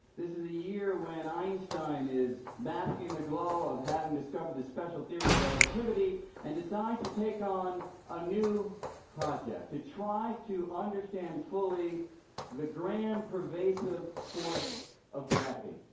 this is a year when einstein is basking in the glow of having discovered the special theory of relativity and decides to take on a new project, to try to understand fully the grand, pervasive force of gravity.